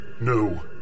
No